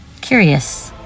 Curious